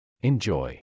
enjoy